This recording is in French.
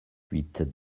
huit